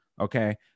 okay